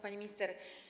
Pani Minister!